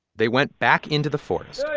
they went back into the forest,